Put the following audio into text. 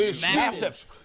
Massive